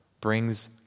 brings